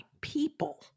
people